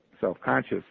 self-conscious